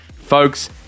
Folks